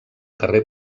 carrer